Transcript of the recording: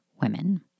women